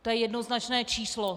To je jednoznačné číslo.